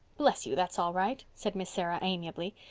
bless you, that's all right, said miss sarah amiably.